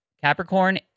Capricorn